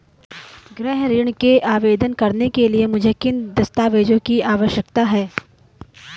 गृह ऋण के लिए आवेदन करने के लिए मुझे किन दस्तावेज़ों की आवश्यकता है?